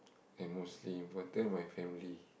and mostly important my family